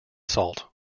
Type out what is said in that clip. salt